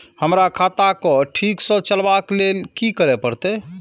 हमरा खाता क ठीक स चलबाक लेल की करे परतै